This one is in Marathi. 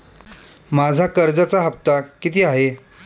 माझा कर्जाचा हफ्ता किती आहे?